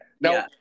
No